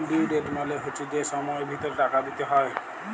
due date মালে হচ্যে যে সময়ের ভিতরে টাকা দিতে হ্যয়